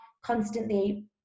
constantly